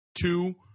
two